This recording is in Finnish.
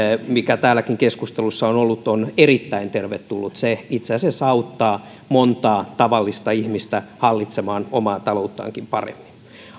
joka täälläkin keskusteluissa on ollut on erittäin tervetullut se itse asiassa auttaa montaa tavallista ihmistä hallitsemaan omaa talouttaan paremmin